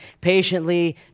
patiently